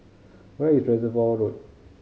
where is Reservoir Road